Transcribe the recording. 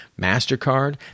MasterCard